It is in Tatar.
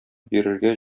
бирергә